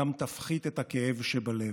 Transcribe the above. גם תפחית את הכאב שבלב.